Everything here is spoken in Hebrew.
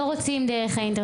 לא רוצים דרך האינטרנט.